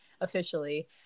officially